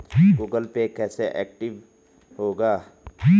Google Pay कैसे active होगा?